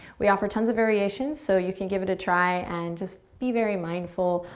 we offer tons of variations, so you can give it a try and just be very mindful,